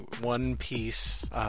one-piece